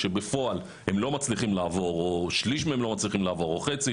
כשבפועל הם לא מצליחים לעבור או שליש מהם מצליחים לעבור או חצי,